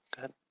Good